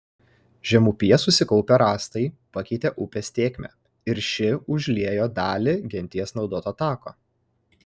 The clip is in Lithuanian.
žemupyje susikaupę rąstai pakeitė upės tėkmę ir ši užliejo dalį genties naudoto tako